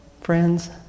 Friends